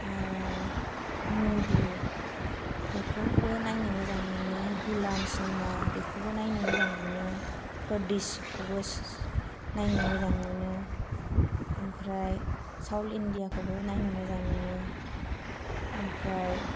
मधु बेखौबो नायनो मोजां मोनो गुलाम सिनिमा बेखौबो नायनो मोजां मोनो परदेसिखौबो नायनो मोजां मोनो ओमफ्राय साउथ इन्दियाखौबो नायनो मोजां मोनो ओमफ्राय